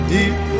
Deep